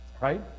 right